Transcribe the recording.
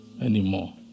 anymore